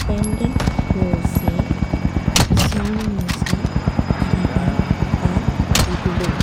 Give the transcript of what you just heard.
स्वतंत्र संगीत।